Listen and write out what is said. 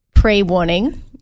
Pre-warning